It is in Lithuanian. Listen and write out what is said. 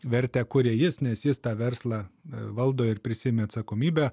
vertę kuria jis nes jis tą verslą valdo ir prisiėmė atsakomybę